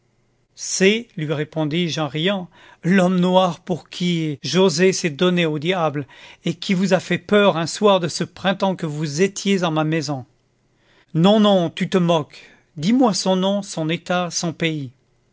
c'est lui répondis-je en riant l'homme noir pour qui joset s'est donné au diable et qui vous a fait peur un soir de ce printemps que vous étiez en ma maison non non tu te moques dis-moi son nom son état son pays